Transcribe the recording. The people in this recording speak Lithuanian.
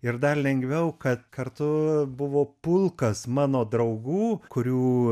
ir dar lengviau kad kartu buvo pulkas mano draugų kurių